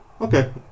Okay